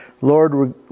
Lord